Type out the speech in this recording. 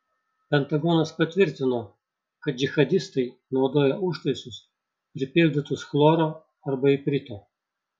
pentagonas patvirtino kad džihadistai naudoja užtaisus pripildytus chloro arba iprito